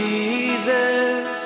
Jesus